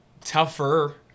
tougher